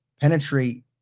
penetrate